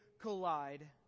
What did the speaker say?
collide